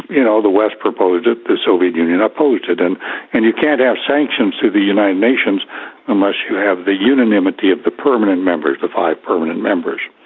you know, the west proposed it, the soviet union opposed it, and and you can't have sanctions through the united nations unless you have the unanimity of the permanent members, the five permanent members.